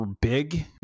big